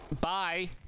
bye